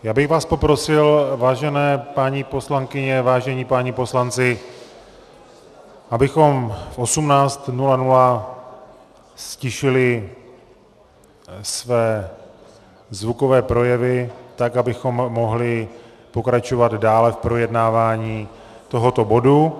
Já bych vás poprosil, vážené paní poslankyně, vážení páni poslanci, abychom v 18.00 ztišili své zvukové projevy tak, abychom mohli pokračovat dále v projednávání tohoto bodu.